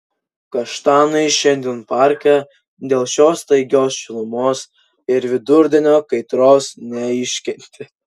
kaštanai šiandien parke dėl šios staigios šilumos ir vidurdienio kaitros neiškentė